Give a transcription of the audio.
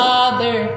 Father